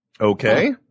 Okay